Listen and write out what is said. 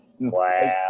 Wow